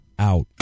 Out